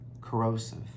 corrosive